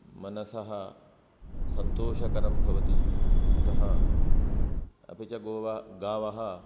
मनसः सन्तोषकरं भवति अतः अपि च गावः गावः